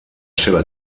seva